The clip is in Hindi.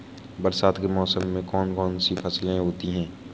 बरसात के मौसम में कौन कौन सी फसलें होती हैं?